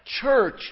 church